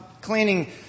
cleaning